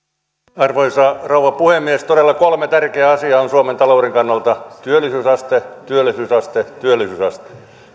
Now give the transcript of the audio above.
arvoisa rouva puhemies todella kolme tärkeää asiaa on suomen talouden kannalta työllisyysaste työllisyysaste työllisyysaste